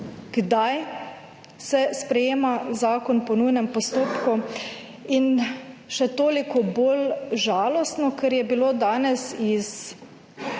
kdaj se sprejema zakon po nujnem postopku in še toliko bolj žalostno, ker je bilo danes iz